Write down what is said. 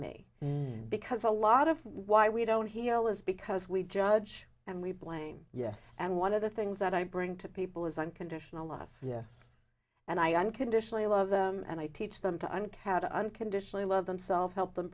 me because a lot of why we don't heal is because we judge and we blame yes and one of the things that i bring to people is unconditional love yes and i unconditionally love them and i teach them to uncowed unconditionally love themselves help them